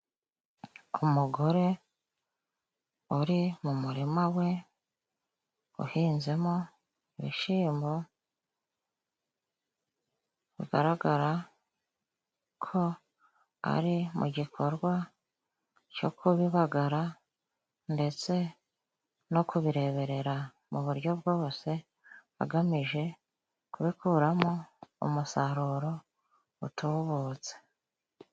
Umugore uri mu murima we, wahinzemo ibishyimbo, bigaragara ko ari mu gikorwa cyo kubibagara, ndetse no kubireberera mu buryo bwose, agamije kubikuramo umusaruro utubutse.